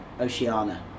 Oceania